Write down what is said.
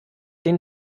den